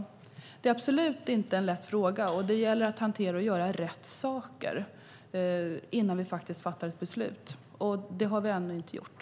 Detta är absolut ingen lätt fråga, och det gäller att hantera den på rätt sätt innan vi fattar beslut. Det har vi alltså ännu inte gjort.